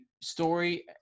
story